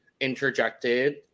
interjected